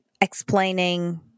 explaining